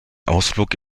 ausflug